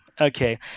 Okay